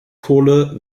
kohle